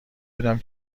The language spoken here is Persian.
بودم